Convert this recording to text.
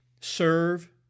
serve